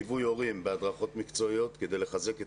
ליווי הורים בהדרכות מקצועיות כדי לחזק את